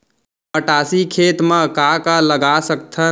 मटासी खेत म का का लगा सकथन?